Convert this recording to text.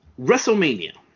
WrestleMania